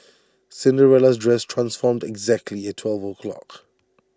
Cinderella's dress transformed exactly at twelve o'clock